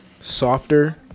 softer